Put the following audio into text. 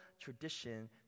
tradition